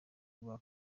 rwa